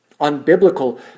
Unbiblical